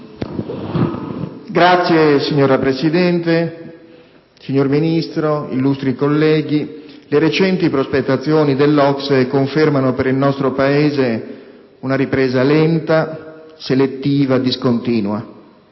*(PdL)*. Signora Presidente, signor Ministro, colleghi, le recenti prospettazioni dell'OCSE confermano per il nostro Paese una ripresa lenta, selettiva, discontinua,